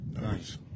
Nice